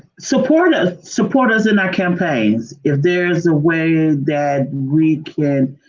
support us support us in our campaigns. if there's a way that we can